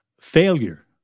failure